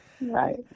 Right